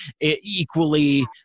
equally